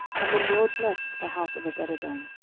and the lord blessed the house of obededom,